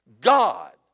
God